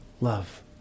love